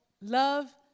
love